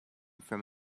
from